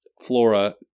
Flora